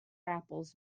apples